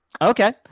Okay